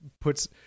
puts